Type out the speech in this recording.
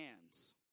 hands